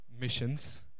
missions